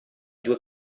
due